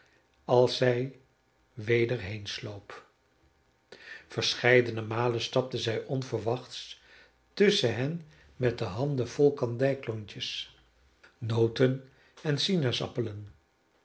als zij weder heensloop verscheidene malen stapte zij onverwachts tusschen hen met de handen vol kandijklontjes noten en